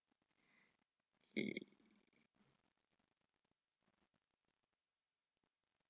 he